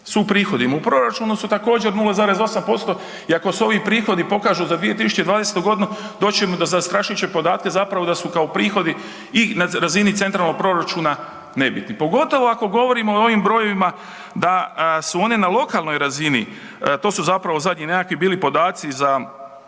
u prihodima, u proračunu su također 0,8% i ako su ovi prihodi pokažu za 2020. godinu doći ćemo do zastrašujućeg podatka zapravo da su kao prihodi i na razini centralnog proračuna nebitni pogotovo ako govorimo o ovim brojevima da su oni na lokalnoj razini to su zapravo zadnji nekakvi bili podaci za